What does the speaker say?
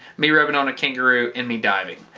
me rubbing on a kangaroo and me diving.